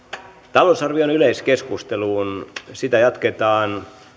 talousarvion yleiskeskusteluun sitä jatketaan